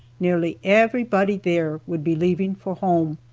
nearly everybody there would be leaving for home.